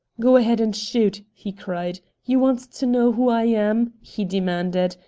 go ahead and shoot! he cried. you want to know who i am? he demanded.